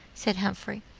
said humphrey.